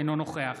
אינו נוכח